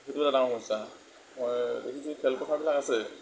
সেইটো এটা ডাঙৰ সমস্যা মই দেখিছোঁ খেলপথাৰবিলাক আছে